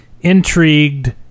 intrigued